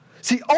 See